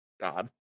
God